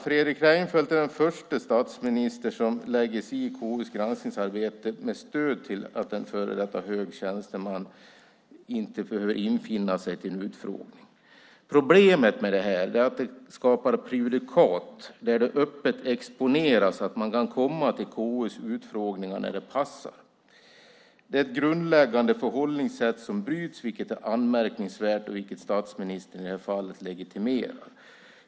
Fredrik Reinfeldt är den förste statsminister som lägger sig i KU:s granskningsarbete med stöd till att en före detta hög tjänsteman inte behöver infinna sig till en utfrågning. Problemet med det här är att det skapar prejudikat, där det öppet exponeras att man kan komma till KU:s utfrågningar när det passar en. Det är ett grundläggande förhållningssätt som byts, vilket är anmärkningsvärt och vilket statsministern i det här fallet legitimerar.